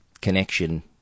connection